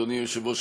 אדוני היושב-ראש,